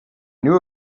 knew